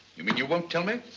you mean, you won't tell me?